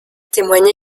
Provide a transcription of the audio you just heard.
témoignent